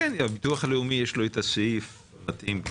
לביטוח הלאומי יש את הסעיף המתאים.